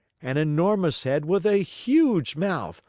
an enormous head with a huge mouth,